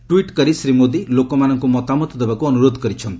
tweet କରି ଶ୍ରୀ ମୋଦି ଲୋକମାନଙ୍କୁ ମତାମତ ଦେବାକୁ ଅନୁରୋଧ କରିଛନ୍ତି